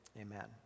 Amen